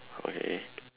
okay